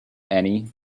annie